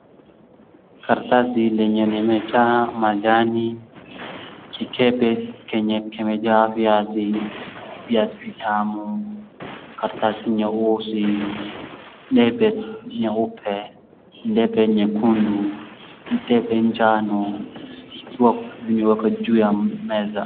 Karatasi lenye limejaa majani. Kikebe kenye kimejaa viazi, viazi vitamu, karatasi nyeusi, debe nyeupe, debe nyekundu, debe njano zikiwa zimeekwa juu ya meza.